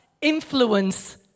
influence